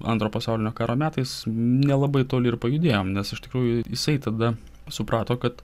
antro pasaulinio karo metais nelabai toli ir pajudėjom nes iš tikrųjų jisai tada suprato kad